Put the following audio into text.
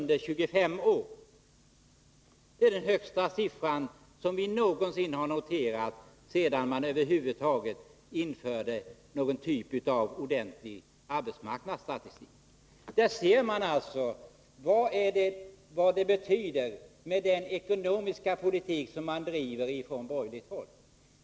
Det är den högsta siffra som vi någonsin har noterat sedan man över huvud taget införde någon typ av ordentlig arbetsmarknadsstatistik. Där ser man vad den ekonomiska politik betyder som bedrivs från borgerligt håll.